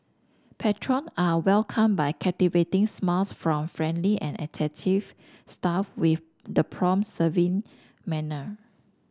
patron are welcomed by captivating smiles from friendly and attentive staff with the prompt serving manner